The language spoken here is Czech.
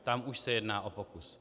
Tam už se jedná o pokus.